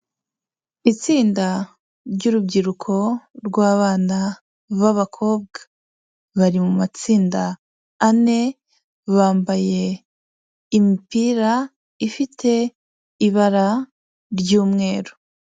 Itsinda ry'urubyiruko rw'abana b'abakobwa. Bari mu matsinda ane, bambaye imipira ifite ibara ry'umweru.